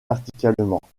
verticalement